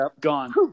Gone